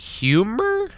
Humor